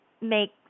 make